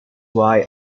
why